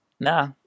nah